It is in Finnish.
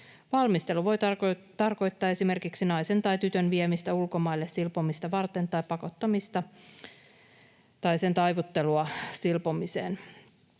Valmistelu voi tarkoittaa esimerkiksi naisen tai tytön viemistä ulkomaille silpomista varten tai pakottamista tai taivuttelua silpomiseen.